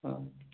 ହଁ